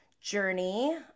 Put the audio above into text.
journey